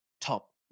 top